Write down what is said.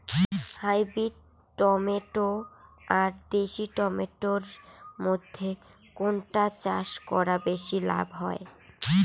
Hybrid tomato আর দেশি tomato এর মইধ্যে কোনটা চাষ করা বেশি লাভ হয়?